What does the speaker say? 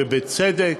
ובצדק.